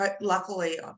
Luckily